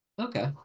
Okay